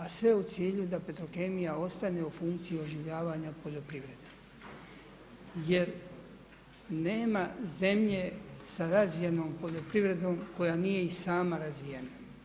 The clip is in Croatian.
A sve u cilju da Petrokemija ostane u funkciji oživljavanja poljoprivrede jer nema zemlje sa razvijenom poljoprivredom koja nije i sam razvijena.